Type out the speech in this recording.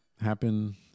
happen